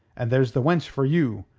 and there's the wench for you.